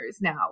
now